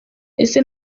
ese